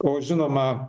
o žinoma